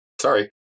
Sorry